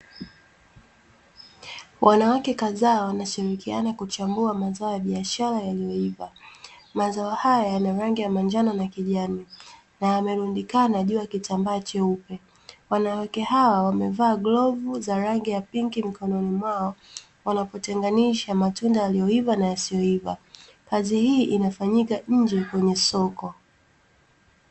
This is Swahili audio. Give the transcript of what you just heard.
Wanawake kadhaa wanashirikiana kuchambua mazao ya biashara yaliyoiva ,mazao haya yana rangi ya manjano na kijanai na yamerudikana juu ya kitambaa cheupe ,wanawake hawa wamevaa glovu za rangi ya pinki mikononi mwao wanapotenganishwa matunda yaliyoiva na yasiyoiva ,kazi hii inafanyika nje kwenye soko.